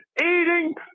eating